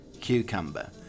cucumber